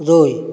ଦୁଇ